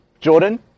Jordan